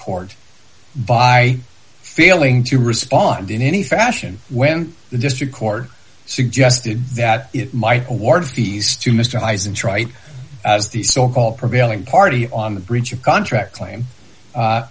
court by failing to respond in any fashion when the district court suggested that it might award east to mr highs and trite as the so called prevailing party on the breach of contract claim